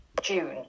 June